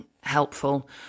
helpful